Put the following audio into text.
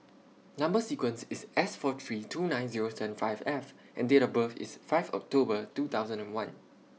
Number sequence IS S four three two nine Zero seven five F and Date of birth IS five of October two thousand and one